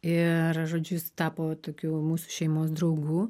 ir žodžiu jis tapo tokiu mūsų šeimos draugu